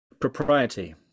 propriety